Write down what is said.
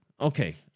Okay